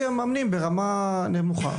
מאמנים ברמה נמוכה.